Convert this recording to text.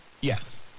Yes